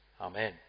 Amen